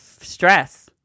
stress